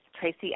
Tracy